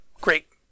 Great